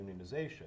unionization